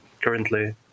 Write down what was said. Currently